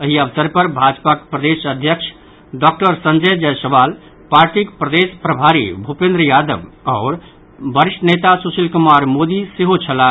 एहि अवसर पर भाजपाक प्रदेश अध्यक्ष डॉक्टर संजय जायसवाल पार्टीक प्रदेश प्रभारी भूपेंद्र यादव आओर वरिष्ठ नेता सुशील कुमार मोदी सेहो छलाह